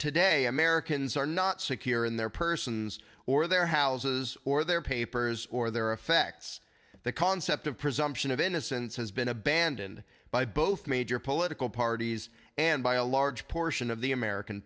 today americans are not secure in their persons or their houses or their papers or their affects the concept of presumption of innocence has been abandoned by both major political parties and by a large portion of the american